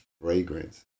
fragrance